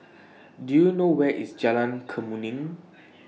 Do YOU know Where IS Jalan Kemuning